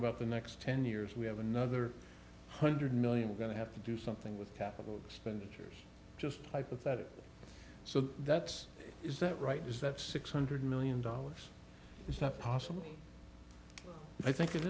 about the next ten years we have another hundred million going to have to do something with capital expenditures just hypothetically so that's is that right is that six hundred million dollars it's not possible i think it